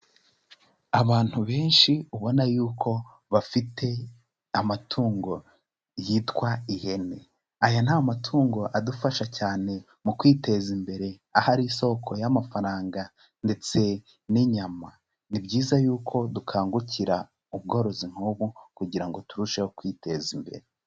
Abantu benshi ubona yuko bafite amatungo yitwa ihene, aya ni amatungo adufasha cyane mu kwiteza imbere aho ari isoko y'amafaranga ndetse n'inyama, ni byiza yuko dukangukira ubworozi nk'ubu kugira ngo turusheho kwiteza imbere.